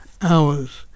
hours